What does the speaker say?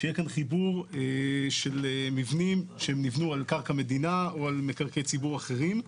שיהיה כאן חיבור שנבנו על קרקע מדינה או מקרקעי ציבור אחרים.